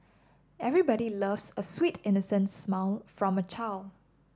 everybody loves a sweet innocent smile from a child